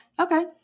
Okay